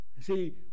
See